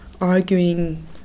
arguing